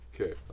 okay